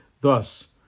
Thus